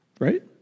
right